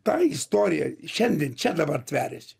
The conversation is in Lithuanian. ta istorija šiandien čia dabar tveriasi